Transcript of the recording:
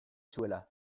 zuela